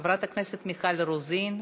חברת הכנסת מיכל רוזין,